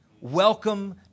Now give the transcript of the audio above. Welcome